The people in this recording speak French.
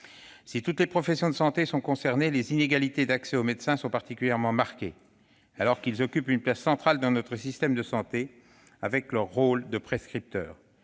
Si toutes les professions de santé sont concernées, les inégalités d'accès aux médecins sont particulièrement marquées, alors même qu'ils occupent une place centrale dans notre système de santé avec leur rôle de prescripteur.